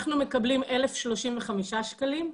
אנחנו מקבלים 1,035 שקלים,